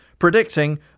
predicting